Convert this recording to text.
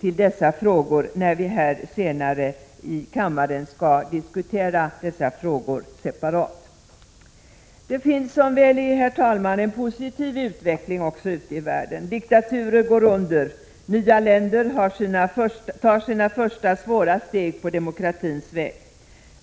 till dessa frågor när vi senare här i kammaren skall diskutera dem separat. Det finns som väl är, herr talman, också en positiv utveckling ute i världen. Diktaturer går under. Nya länder tar sina första svåra steg på demokratins väg.